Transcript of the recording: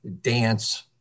dance